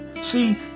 See